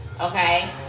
Okay